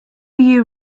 you